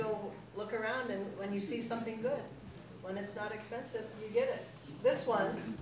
go look around and when you see something good when it's not expensive get this one